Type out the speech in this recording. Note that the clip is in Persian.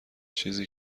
چیزی